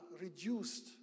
reduced